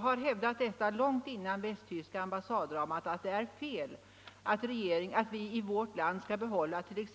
Långt innan dramat på den västtyska ambassaden ägde rum har jag hävdat att det är fel att vi i vårt land skall behålla t.ex.